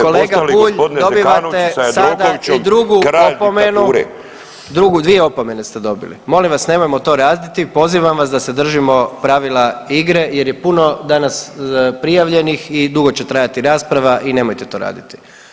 Kolega Bulj dobivate sada i drugu opomenu, drugu, dvije opomene ste dobili, molim vas nemojmo to raditi, pozivam vas da se držimo pravila igre jer je puno danas prijavljenih i dugo će trajati rasprava i nemojte to raditi.